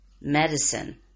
medicine